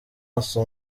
maso